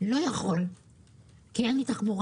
אני לא יכול כי אין לי תחבורה.